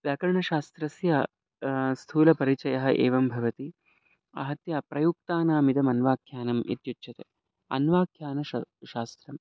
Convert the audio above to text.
व्याकरणशास्त्रस्य स्थूलपरिचयः एवं भवति आहत्य प्रयुक्तानाम् इदम् अन्वाख्यानाम् इत्युच्यते अन्वाख्यानं श शास्त्रम्